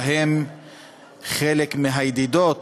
ובהן חלק מהידידות